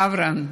אברהם,